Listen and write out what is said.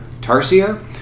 Tarsier